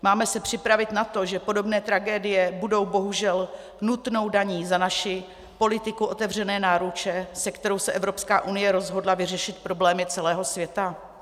Máme se připravit na to, že podobné tragédie budou bohužel nutnou daní za naši politiku otevřené náruče, se kterou se Evropská unie rozhodla vyřešit problémy celého světa?